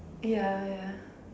ya ya